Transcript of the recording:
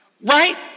Right